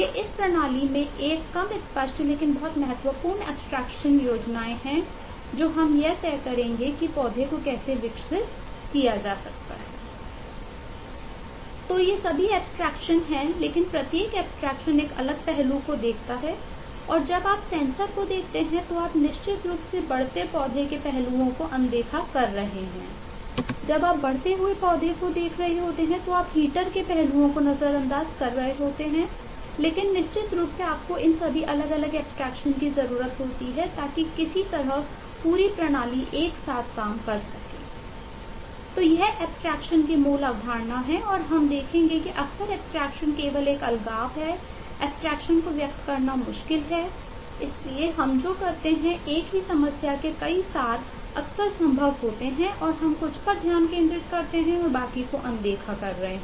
तो ये सभी एब्स्ट्रेक्शन की जरूरत होती है ताकि किसी तरह पूरी प्रणाली एक साथ काम कर सकें